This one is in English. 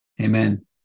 Amen